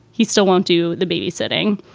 he still won't do the babysitting.